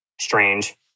strange